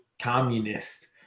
communist